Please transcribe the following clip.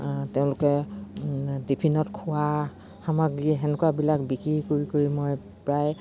তেওঁলোকে টিফিনত খোৱা সামগ্ৰী সেনেকুৱাবিলাক বিক্ৰী কৰি কৰি মই প্ৰায়